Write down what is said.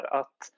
att